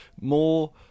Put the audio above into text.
More